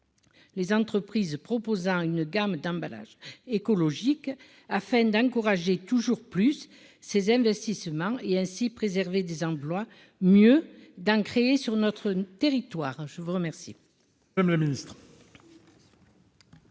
les entreprises proposant une gamme d'emballages écologiques afin d'encourager toujours plus ces de 6 humain et ainsi préserver des emplois mieux d'en créer sur notre territoire, hein, je vous remercie. Madame le Ministre.